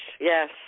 Yes